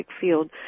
field